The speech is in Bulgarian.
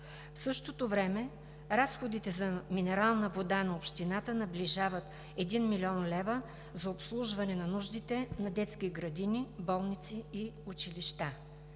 В същото време разходите за минерална вода на Общината наближават 1 млн. лв. за обслужване на нуждите на детски гради, болници и училища.